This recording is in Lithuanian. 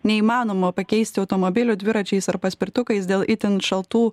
neįmanoma pakeisti automobilių dviračiais ar paspirtukais dėl itin šaltų